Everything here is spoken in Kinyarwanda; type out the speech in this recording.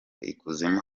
ikuzimu